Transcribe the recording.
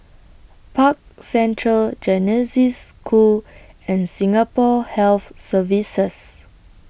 Park Central Genesis School and Singapore Health Services